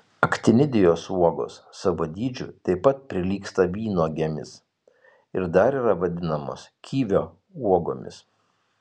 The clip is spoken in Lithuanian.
aktinidijos uogos savo dydžiu taip pat prilygsta vynuogėmis ir dar yra vadinamos kivio uogomis